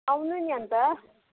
आउनु नि अन्त